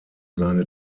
seine